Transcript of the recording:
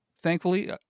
thankfully